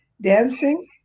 dancing